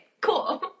cool